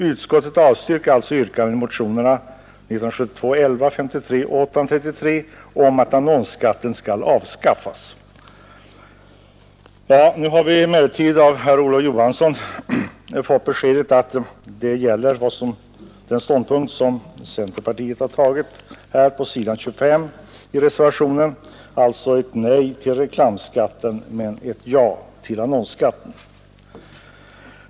Utskottet avstyrker alltså yrkandena i motionerna 1972:11, 1972:53 och 1972:833 om att annonsskatten skall avskaffas.” Nu har vi emellertid av herr Olof Johansson i Stockholm fått beskedet att den ståndpunkt som centerpartiet intagit är den som finns på s. 25, alltså nej till reklamskatten men ja till annonsskatten.